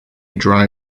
dry